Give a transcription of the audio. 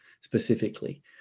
specifically